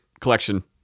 collection